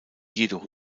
jedoch